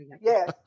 Yes